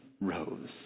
rose